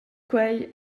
quei